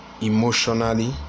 emotionally